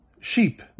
sheep